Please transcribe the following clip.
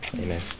amen